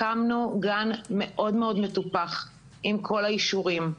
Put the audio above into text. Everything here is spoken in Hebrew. הקמנו גן מאוד מאוד מטופח עם כל האישורים,